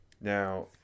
Now